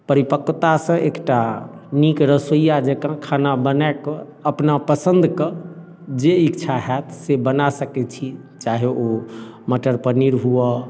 परिपक्वता से एकटा नीक रसोइया जकाँ खाना बनाके अपना पसंद कऽ जे इच्छा होयत से बना सकैत छी चाहे ओ मटर पनीर हुअ